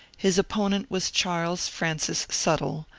his opponent was charles francis suttle,